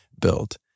built